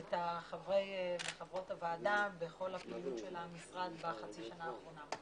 את חברי וחברות הוועדה בכל הפעילות של המשרד בחצי השנה האחרונה.